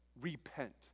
repent